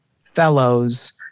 fellows